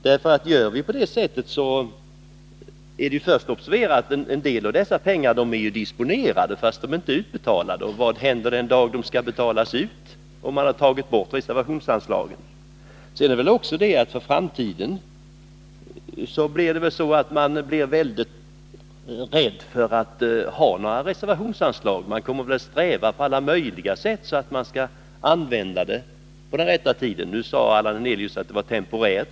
Det är ju först att observera att en del av de pengarna är disponerade fastän de inte är utbetalade. Vad händer den dag de skall betalas ut, om man har tagit bort reservationsanslagen? Och i framtiden blir man kanske rädd för att över huvud taget ha några reservationsanslag — man kommer att på alla möjliga sätt sträva efter att använda dem inom den rätta tiden. Nu sade Allan Hernelius att detta skulle gälla temporärt.